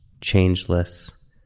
changeless